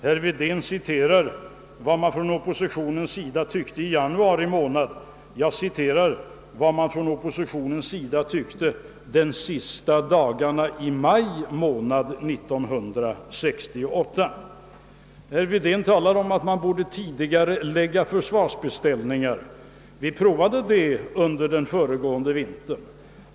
Herr Wedén cilerar vad man från oppositionens sida tyckte i januari månad. Jag citerade vad man från oppositionens sida tyckte de sista dagarna i maj månad 1968. Herr Wedén talade om att man borde tidigarelägga försvarsbeställningar. Vi prövade det under den föregående vintern.